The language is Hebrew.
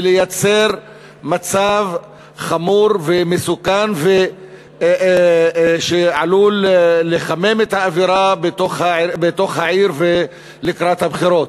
ולייצר מצב חמור ומסוכן שעלול לחמם את האווירה בעיר לקראת הבחירות.